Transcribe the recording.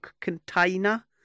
Container